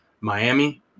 Miami